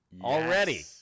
Already